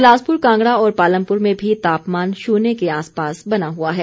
बिलासपुर कांगड़ा और पालमपुर में भी तापमान शून्य के आसपास बना हुआ है